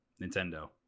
nintendo